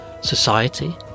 society